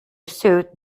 suit